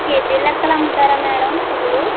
KG లెక్కన అమ్ముతారా madam పువ్వులు